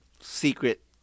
secret